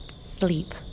Sleep